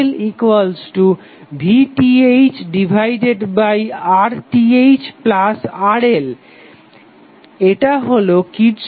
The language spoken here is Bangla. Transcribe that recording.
এটা হলো কিরর্শফের ভোল্টেজ সূত্র Kirchhoff's voltage law